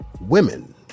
Women